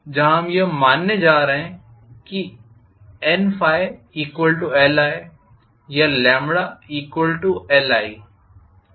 जहाँ हम यह मानने जा रहे है कि NLi या Li